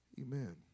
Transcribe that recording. amen